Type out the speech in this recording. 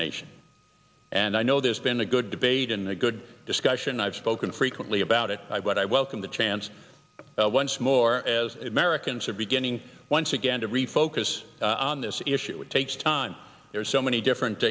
nation and i know there's been a good debate and a good discussion i've spoken frequently about it but i welcome the chance once more as americans are beginning once again to refocus on this issue it takes and there's so many different